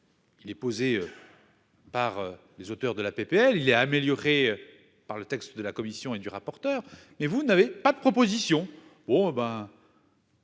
Il est posé. Par les auteurs de la PPL il est amélioré. Par le texte de la Commission et du rapporteur. Mais vous n'avez pas de propositions. Bon ben.